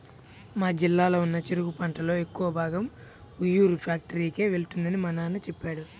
మా జిల్లాలో ఉన్న చెరుకు పంటలో ఎక్కువ భాగం ఉయ్యూరు ఫ్యాక్టరీకే వెళ్తుందని మా నాన్న చెప్పాడు